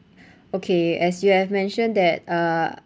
okay as you have mentioned that uh